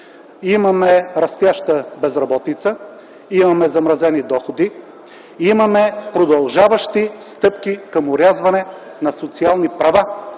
Имаме растяща безработица, имаме замразени доходи, имаме продължаващи стъпки към орязване на социални права